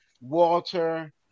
Walter